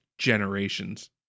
generations